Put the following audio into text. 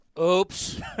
Oops